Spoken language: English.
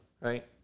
right